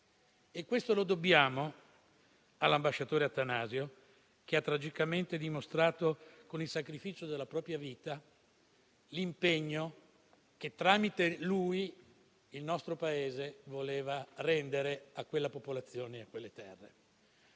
Questo lo dobbiamo all'ambasciatore Attanasio, che ha tragicamente dimostrato, con il sacrificio della propria vita, l'impegno che, tramite lui, il nostro Paese voleva rendere a quella popolazione e a quelle terre.